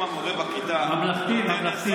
לפעמים המורה בכיתה, ממלכתי, ממלכתי.